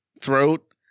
throat